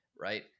right